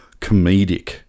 comedic